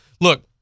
Look